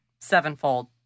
Sevenfold